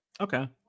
Okay